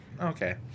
Okay